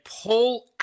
pull